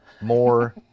more